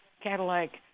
Cadillac